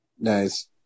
Nice